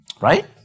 right